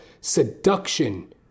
seduction